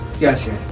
Gotcha